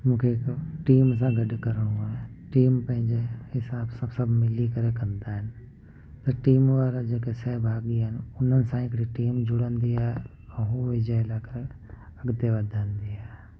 मूंखे टीम सां गॾु करिणो आहे टीम पंहिंजे हिसाब सां सभु मिली करे कंदा आहिनि त टीम वारा जेके सहभागी आहिनि उनसां हिकिड़ी टीम जुड़ंदी आहे ऐं हूअ अॻिते वधंदी आहे